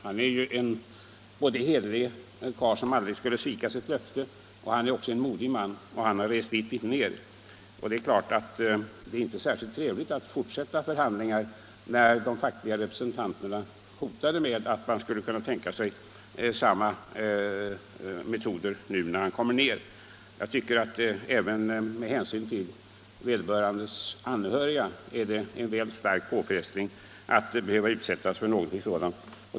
Han är både en hederlig karl, som aldrig skulle svika sitt löfte, och en modig man. Han har rest dit ned, men givetvis är det inte särskilt trevligt att fortsätta förhandlingarna när de fackliga representanterna hotat med att man skulle kunna tänka sig att använda samma metoder när han nu kommer ned. Även med hänsyn till vederbörandes anhöriga är det en väl stark påfrestning att behöva utsättas för någonting sådant.